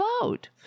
vote